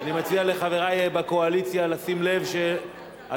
אני מציע לחברי בקואליציה לשים לב שהדוברים